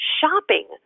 shopping